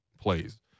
plays